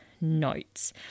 notes